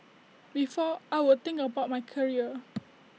before I would think about my career